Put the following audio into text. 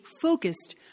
focused